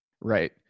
Right